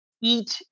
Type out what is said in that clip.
eat